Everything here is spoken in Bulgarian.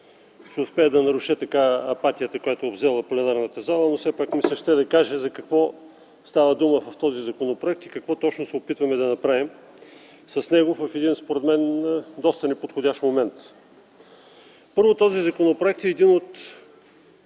ще успея да наруша апатията, която е обзела пленарната зала. Но все пак ми се ще да кажа за какво става дума в този законопроект и какво точно се опитваме да направим с него в един, според мен, доста неподходящ момент. Първо, този законопроект е един,